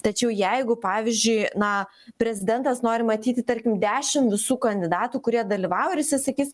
tačiau jeigu pavyzdžiui na prezidentas nori matyti tarkim dešim visų kandidatų kurie dalyvavo ir jisai sakys